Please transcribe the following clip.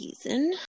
season